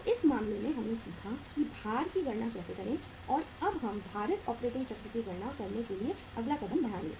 तो इस मामले में हमने सीखा है कि भार की गणना कैसे करें और अब हम भारित ऑपरेटिंग चक्र की गणना करने के लिए अगला कदम बढ़ाएंगे